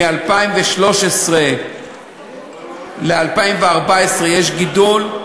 מ-2013 ל-2014 יש גידול,